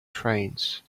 trains